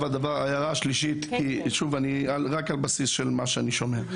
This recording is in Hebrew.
ההערה השלישית גם היא רק על בסיס מה שאני שומע.